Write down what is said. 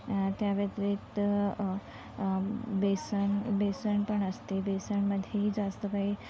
त्या व्यतिरिक्त बेसन बेसण पण असते बेसनमध्येही जास्त काही